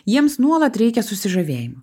jiems nuolat reikia susižavėjimo